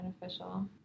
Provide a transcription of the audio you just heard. beneficial